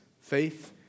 faith